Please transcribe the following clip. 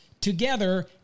together